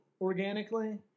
Organically